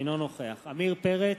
אינו נוכח עמיר פרץ,